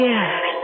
Yes